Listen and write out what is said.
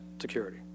security